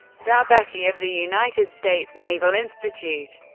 zabecki of the united states naval institute,